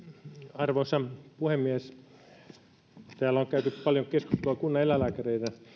arvoisa puhemies täällä on käyty paljon keskustelua kunnaneläinlääkäreiden